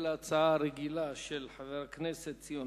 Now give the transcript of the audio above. בכללן ההצעה הרגילה של חבר הכנסת ציון